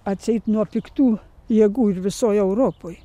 atseit nuo piktų jėgų ir visoj europoj